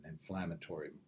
inflammatory